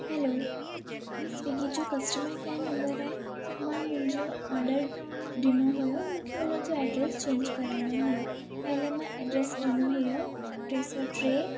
हलो हीअ स्विगी जो customer care number आहे मां मुंहिंजीअ ऑडर ॾिनो हुयो मूंखे उनजो एड्रेस चेंज कराइणो हुयो पहले मां एड्रेस ॾिनो हुयो टे सौ टे